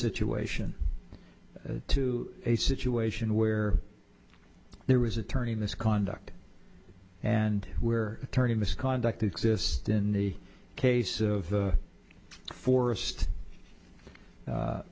situation to a situation where there was attorney misconduct and we're turning misconduct exist in the case of the forest